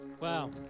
Wow